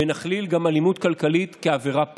ונכליל גם אלימות כלכלית כעבירה פלילית.